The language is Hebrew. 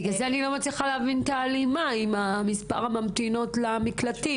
בגלל זה אני לא מצליחה להבין את ההלימה עם מספר הממתינות למקלטים.